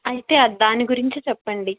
అయితే దాని గురించి చెప్పండి